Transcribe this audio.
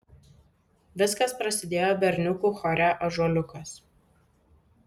viskas prasidėjo berniukų chore ąžuoliukas